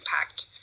impact